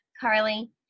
Carly